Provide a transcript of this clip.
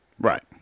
Right